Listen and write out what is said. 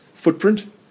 footprint